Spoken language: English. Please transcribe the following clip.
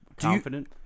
confident